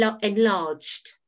enlarged